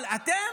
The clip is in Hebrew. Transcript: אבל אתם,